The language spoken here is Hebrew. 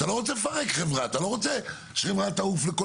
אתה לא רוצה לפרק חברה ושהיא תעוף לכל